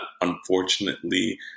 unfortunately